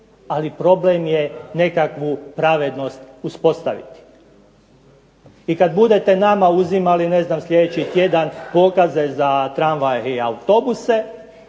ali problem je nekakvu pravednost uspostaviti. I kad budete nama uzimali ne znam sljedeći tjedan pokaze za tramvaj i autobuse